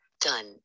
done